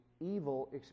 evil